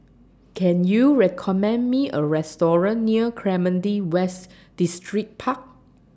Can YOU recommend Me A Restaurant near Clementi West Distripark